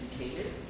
educated